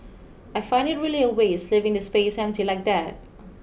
I find it really a waste leaving the space empty like that